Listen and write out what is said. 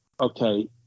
okay